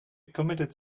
committed